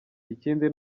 ikindi